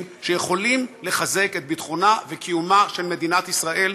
שיכולים לחזק את ביטחונה וקיומה של מדינת ישראל,